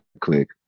click